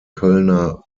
kölner